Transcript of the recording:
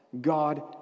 God